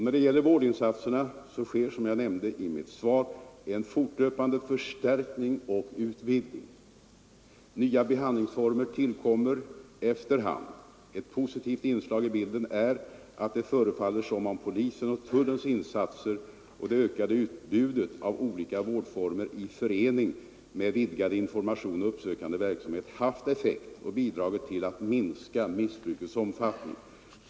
När det gäller vårdinsatserna sker det, som jag nämnde i mitt svar, en fortlöpande förstärkning och utbyggnad. Nya behandlingsformer tillkommer efter hand. Ett positivt inslag i bilden är att det förefaller som om polisens och tullens insatser och det ökade utbudet av olika vårdformer i förening med vidgad information och uppsökande verksamhet har haft effekt och bidragit till att minska missbrukets omfattning.